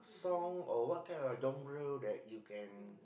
song or what kind of genre that you can